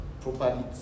properly